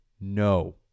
No